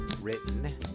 written